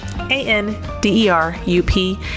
A-N-D-E-R-U-P